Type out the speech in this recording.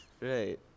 Right